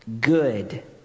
good